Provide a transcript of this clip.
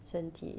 身体